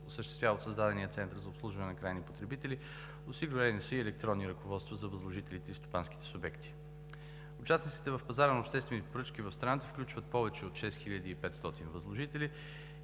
осъществява от създадения Център за обслужване на крайни потребители. Осигурени са и електронни ръководства за възложителите и стопанските субекти. Участниците в пазара на обществените поръчки в страната включват повече от 6500 възложители и